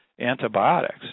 antibiotics